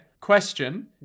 Question